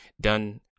done